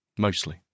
Mostly